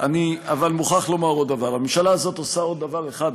אני מוכרח לומר עוד דבר: הממשלה הזאת עושה עוד דבר אחד,